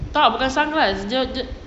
tak bukan sunglass dia dia